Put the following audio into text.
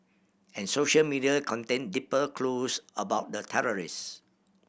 and social media contained deeper clues about the terrorists